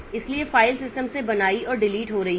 इसलिए file system से बनाई और डिलीट हो रही हैं